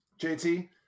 JT